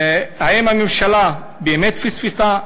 האם הממשלה באמת פספסה?